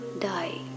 die